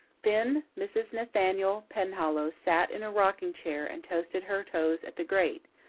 thin mrs. nathaniel penhallow sat in a rocking chair and toasted her toes at the grate,